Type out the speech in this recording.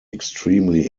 extremely